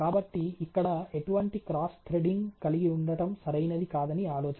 కాబట్టి ఇక్కడ ఎటువంటి క్రాస్ థ్రెడింగ్ కలిగి ఉండటం సరైనది కాదని ఆలోచన